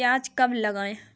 प्याज कब लगाएँ?